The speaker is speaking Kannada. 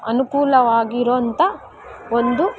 ಅನುಕೂಲವಾಗಿರೊಂಥ ಒಂದು